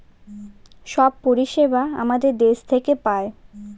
সব পরিষেবা আমাদের দেশ থেকে পায়